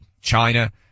China